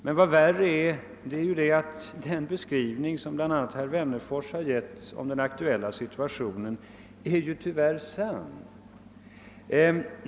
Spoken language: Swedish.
Men vad som är värre är att den beskrivning av den aktuella situationen som bl.a. herr Wennerfors har givit är sann.